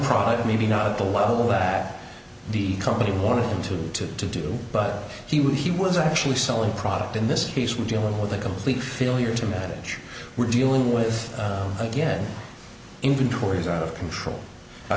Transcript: product maybe not at the level that the company wanted him to do but he would he was actually selling product in this case we're dealing with a complete failure to manage we're dealing with again inventories are out of control